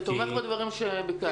אתה תומך בדברים שביקשנו.